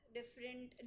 different